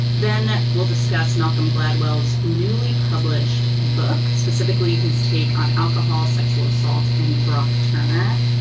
then we'll discuss malcolm gladwell. newly published book specifically his take on alcohol sexual assault and baroque turner.